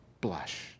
blush